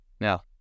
Now